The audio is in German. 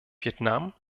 vietnam